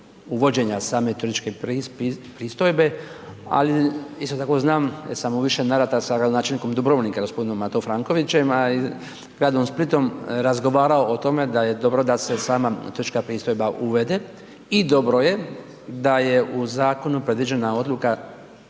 uvođenja same turističke pristojbe, ali isto tako znam jer sam u više navrata sa gradonačelnikom Dubrovnika, g. Mato Frankovićem, a i gradom Splitom, razgovarao o tome da je dobro da se sama otočka pristojba uvede i dobro je da je u zakonu predviđena odluka